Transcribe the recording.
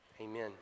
Amen